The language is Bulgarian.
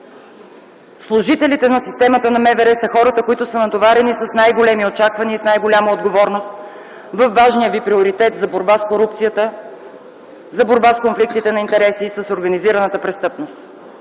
Служителите на системата на МВР са хората, които са натоварени с най-големи очаквания и с най-голяма отговорност във важния ви приоритет за борба с корупцията, за борба с конфликтите на интереси и с организираната престъпност.